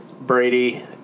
Brady